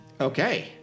Okay